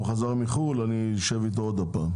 הוא חזר מחוץ לארץ ואני אשב איתו שוב.